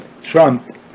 Trump